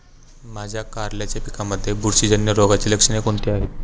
माझ्या कारल्याच्या पिकामध्ये बुरशीजन्य रोगाची लक्षणे कोणती आहेत?